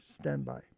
standby